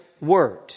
word